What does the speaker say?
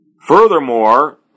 Furthermore